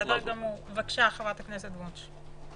בבקשה, חברת הכנסת וונש.